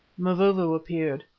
mavovo appeared,